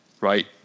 right